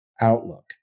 outlook